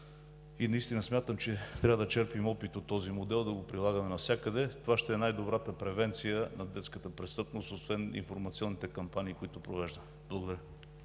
Наистина смятам, че трябва да черпим опит от този модел и да го прилагаме навсякъде. Това ще е най-добрата превенция на детската престъпност, освен информационните кампании, които провеждаме. Благодаря.